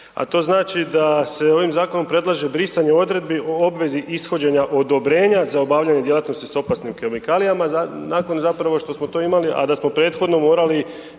a to znači da se ovim zakonom predlaže brisanje odredbi o obvezi ishođenja odobrenja za obavljanje djelatnosti s opasnim kemikalijama nakon zapravo što smo to imali, a da smo prethodno morali